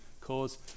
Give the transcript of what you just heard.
cause